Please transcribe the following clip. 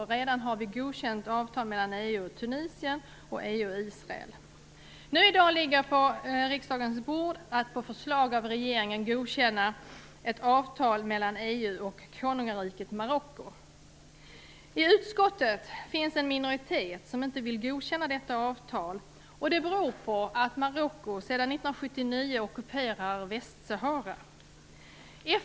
Vi har redan godkänt ett avtal mellan EU och Tunisien samt mellan EU och Israel. På riksdagens bord ligger nu ett förslag från regeringen om att man skall godkänna ett avtal mellan EU I utskottet finns en minoritet som inte vill godkänna detta avtal. Det beror på att Marocko sedan 1979 ockuperar Västsahara.